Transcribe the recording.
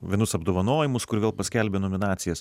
vienus apdovanojimus kur vėl paskelbė nominacijas